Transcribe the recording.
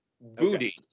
Booty